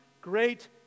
Great